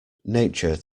nature